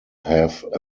have